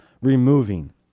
removing